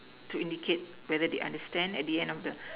to indicate whether they understand at the end of the